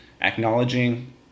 acknowledging